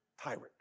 tyrant